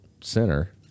center